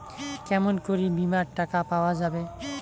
কেমন করি বীমার টাকা পাওয়া যাবে?